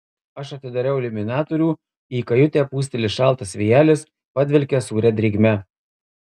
aš atidariau iliuminatorių į kajutę pūsteli šaltas vėjelis padvelkia sūria drėgme